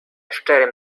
szczerym